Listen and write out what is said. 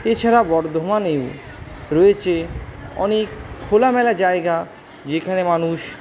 এছাড়া বর্ধমানে রয়েছে অনেক খোলামেলা জায়গা যেখানে মানুষ